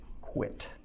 quit